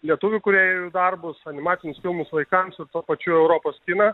lietuvių kūrėjų darbus animacinius filmus vaikams ir tuo pačiu europos kiną